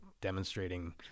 demonstrating